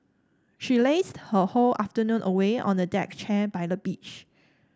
she lazed her whole afternoon away on a deck chair by the beach